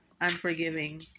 unforgiving